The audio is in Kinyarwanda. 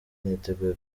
niteguye